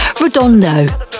Redondo